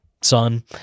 son